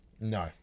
No